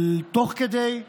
תוך כדי,